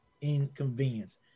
inconvenience